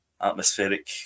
atmospheric